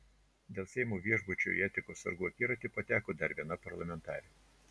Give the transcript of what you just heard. dėl seimo viešbučio į etikos sargų akiratį pateko dar viena parlamentarė